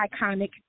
iconic